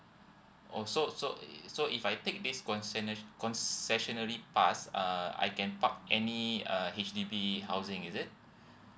oh so so so if I take these concenary~ concessionary pass err I can park any uh H_D_B housing is it